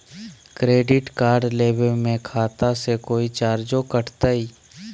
Credit card लेवे में खाता से कोई चार्जो कटतई?